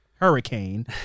Hurricane